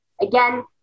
again